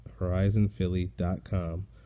horizonphilly.com